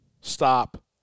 stop